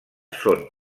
són